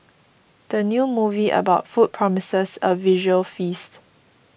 the new movie about food promises a visual feast